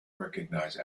recognise